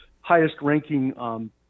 highest-ranking